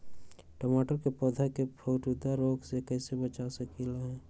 टमाटर के पौधा के फफूंदी रोग से कैसे बचा सकलियै ह?